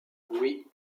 oui